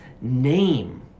name